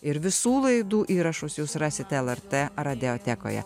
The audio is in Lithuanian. ir visų laidų įrašus jūs rasite lrt radiotekoje